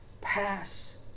pass